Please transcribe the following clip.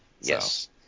Yes